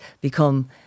become